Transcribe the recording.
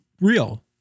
real